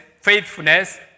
faithfulness